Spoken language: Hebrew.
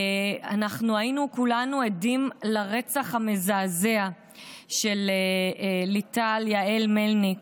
אנחנו היינו כולנו עדים לרצח המזעזע של ליטל יעל מלניק,